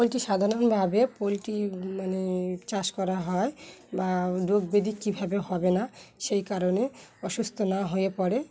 poultry সাধারণভাবে poultry মানে চাষ করা হয় বা রোগ ব্যাধি কীভাবে হবে না সেই কারণে অসুস্থ না হয়ে পড়ে